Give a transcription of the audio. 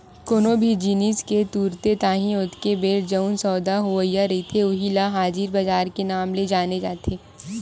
कोनो भी जिनिस के तुरते ताही ओतके बेर जउन सौदा होवइया रहिथे उही ल हाजिर बजार के नांव ले जाने जाथे